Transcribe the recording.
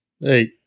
Hey